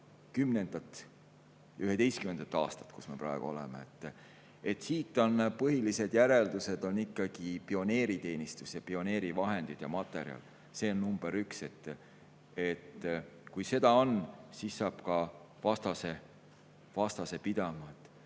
aastat, kus me praegu oleme –, põhilised järeldused on ikkagi pioneeriteenistus, pioneerivahendid ja ‑materjal. See on number üks. Kui seda on, siis saab ka vastase pidama.